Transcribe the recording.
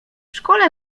szkole